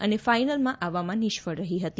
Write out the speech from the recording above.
અને ફાઇનલમાં આવવામાં નિષ્ફળ રહી હતી